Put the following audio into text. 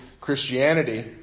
Christianity